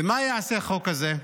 ומה יעשה החוק הזה?